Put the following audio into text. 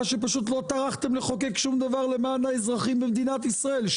שפשוט לא טרחתם לחוקק שום דבר למען האזרחים במדינת ישראל.